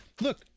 Look